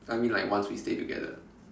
I mean like once we stay together